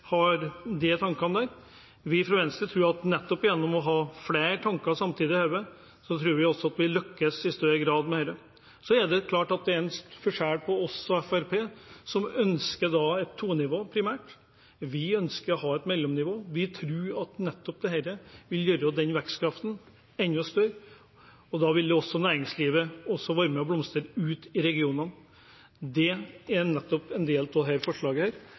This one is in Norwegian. har disse tankene. Vi fra Venstre tror at nettopp gjennom å ha flere tanker i hodet samtidig, tror vi også at vi lykkes i større grad med dette. Så er det klart at det er en forskjell på oss og Fremskrittspartiet, som primært ønsker et todelt nivå. Vi ønsker å ha et mellomnivå. Vi tror at nettopp dette vil gjøre vekstkraften enda større. Da vil også næringslivet blomstre ute i regionene. Det er nettopp en del av dette forslaget.